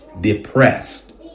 depressed